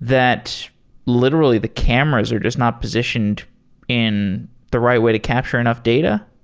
that literally the cameras are just not positioned in the right way to capture enough data.